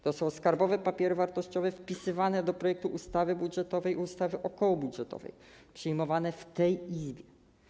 To są skarbowe papiery wartościowe wpisywane do projektów ustawy budżetowej i ustawy okołobudżetowej przyjmowanych w tej Izbie.